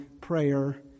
prayer